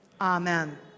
Amen